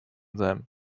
them